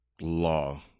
law